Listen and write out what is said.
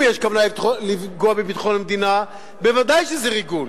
אם יש כוונה לפגוע בביטחון המדינה ודאי שזה ריגול,